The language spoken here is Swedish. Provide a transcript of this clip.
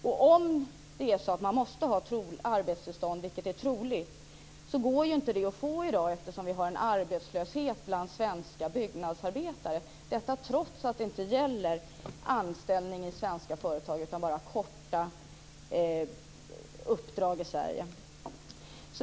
Om dessa företag måste ha arbetstillstånd, vilket är troligt, går inte det att få, eftersom vi har en arbetslöshet bland svenska byggnadsarbetare, trots att detta inte gäller anställning i svenska företag utan bara kortvariga uppdrag i Sverige.